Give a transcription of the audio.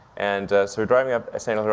and so we're driving up sand hill